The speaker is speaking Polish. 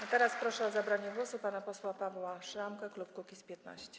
A teraz proszę o zabranie głosu pana posła Pawła Szramkę, klub Kukiz’15.